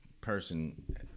person